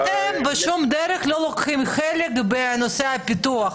אתם בשום דרך לא לוקחים חלק בנושא הפיתוח.